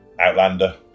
Outlander